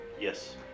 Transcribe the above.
Yes